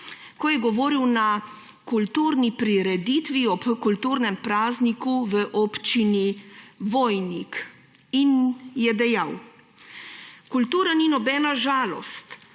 ko je govoril na kulturni prireditvi ob kulturnem prazniku v občini Vojnik in je dejal: »Kultura ni nobena žalost,